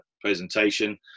presentation